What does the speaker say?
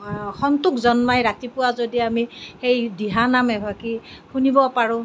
সন্তোষ জন্মায় ৰাতিপুৱা যদি আমি সেই দিহানাম এফাঁকি শুনিব পাৰো